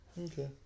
Okay